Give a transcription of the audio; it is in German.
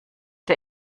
der